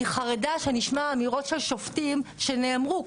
אני חרדה שנשמע אמירות של שופטים שנאמרו,